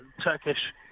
Turkish